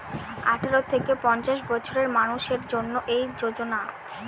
আঠারো থেকে পঞ্চাশ বছরের মানুষের জন্য এই যোজনা